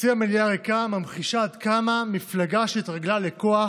חצי המליאה הריק ממחישה עד כמה מפלגה שהתרגלה לכוח